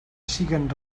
siguen